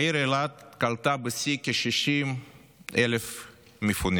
העיר אילת קלטה בשיא כ-60,000 מפונים.